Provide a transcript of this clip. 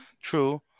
True